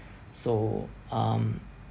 so um